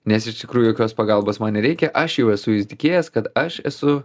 nes iš tikrųjų jokios pagalbos man nereikia aš jau esu įtikėjęs kad aš esu